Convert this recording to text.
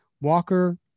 Walker